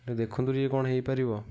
ଟିକେ ଦେଖନ୍ତୁ ଟିକେ କ'ଣ ହେଇପାରିବ